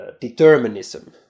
determinism